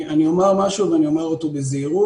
אני אומר משהו ואני אומר אותו בזהירות,